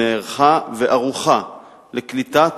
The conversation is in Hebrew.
נערכה וערוכה לקליטת